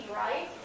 right